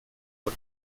por